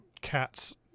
cats